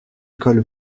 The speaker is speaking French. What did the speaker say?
école